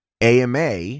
AMA